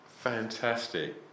Fantastic